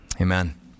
Amen